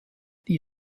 die